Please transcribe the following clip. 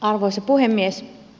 arvoisa puhemies